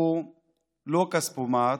הוא לא כספומט,